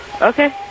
Okay